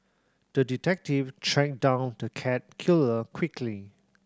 the detective tracked down the cat killer quickly